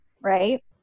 Right